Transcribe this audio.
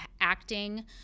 acting